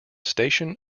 station